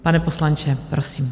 Pane poslanče, prosím.